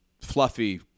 fluffy